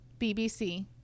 BBC